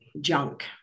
junk